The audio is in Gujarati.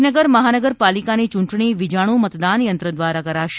ગાંધીનગર મહાનગરપાલિકાની ચૂંટણી વીજાણુ મતદાન યંત્ર દ્વારા કરાશે